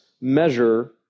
measure